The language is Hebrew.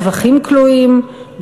רווחים כלואים,